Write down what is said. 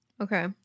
Okay